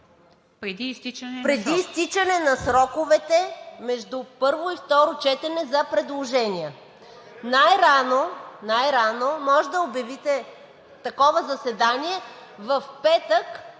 ...преди изтичане на сроковете между първо и второ четене за предложения. (Реплики.) Най-рано може да обявите такова заседание в петък